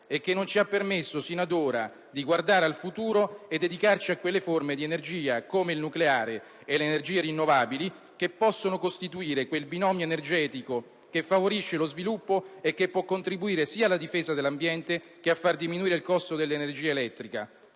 che non ci ha permesso sino ad ora di guardare al futuro e dedicarci a quelle forme di energia, come il nucleare e le energie rinnovabili, che possono costituire quel binomio energetico che favorisce lo sviluppo e può contribuire sia alla difesa dell'ambiente, che a far diminuire il costo dell'energia elettrica.